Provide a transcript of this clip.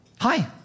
Hi